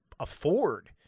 afford